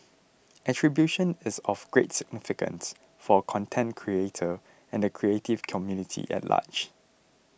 attribution is of great significance for a content creator and the creative community at large